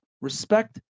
Respect